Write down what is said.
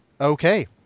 Okay